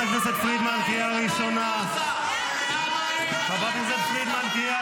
הכנסת טטיאנה מזרסקי וחברת הכנסת מטי צרפתי הרכבי,